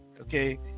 okay